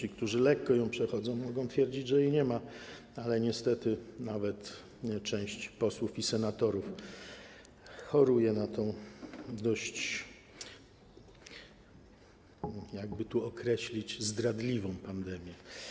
Ci, którzy ją lekko przechodzą, mogą twierdzić, że jej nie ma, ale niestety nawet część posłów i senatorów choruje na tę dość, jakby to określić, zdradliwą pandemię.